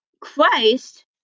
Christ